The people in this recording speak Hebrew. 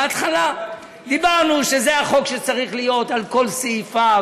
בהתחלה אמרנו שזה החוק שצריך להיות על כל סעיפיו,